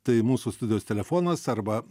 tai mūsų studijos telefonas arba